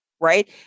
right